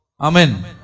Amen